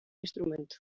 instrumento